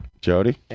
Jody